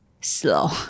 slow